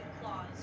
claws